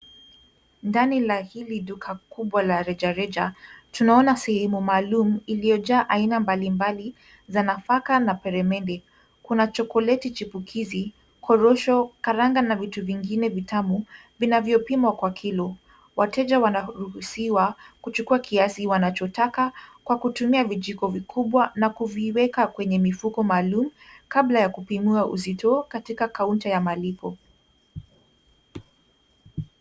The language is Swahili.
Ndani la hili duka kubwa la rejareja. Tunaona sehemu maalum iliyojaa aina mbalimbali za nafaka na peremede. Kuna chokoleti chipukizi, korosho, karanga na vitu vingine vitamu vinavyopimwa kwa kilo. Wateja wanaruhusiwa kuchukua kiasi wanachotaka kwa kutumia vijiko vikubwa na kuviweka kwenye mifuko maalum kabla ya kupimiwa uzito katika kaunta ya malipo.